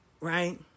right